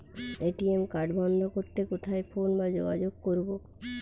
ATM card বন্ধ করতে কোথায় ফোন বা যোগাযোগ করব?